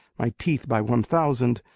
my teeth by one thousand,